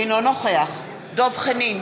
אינו נוכח דב חנין,